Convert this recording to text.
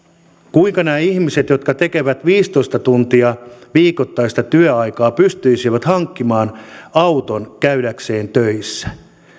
kuinka nämä ihmiset jotka tekevät viisitoista tuntia viikottaista työaikaa pystyisivät hankkimaan auton käydäkseen töissä